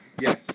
Yes